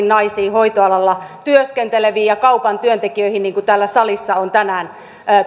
naisiin hoitoalalla työskenteleviin ja kaupan työntekijöihin niin kuin täällä salissa on tänään